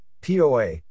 POA